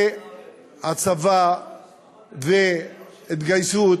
שהצבא וההתגייסות